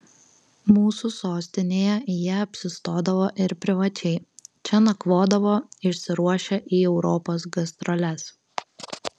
mūsų sostinėje jie apsistodavo ir privačiai čia nakvodavo išsiruošę į europos gastroles